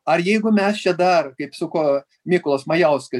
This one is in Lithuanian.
ar jeigu mes čia dar kaip suko mykolas majauską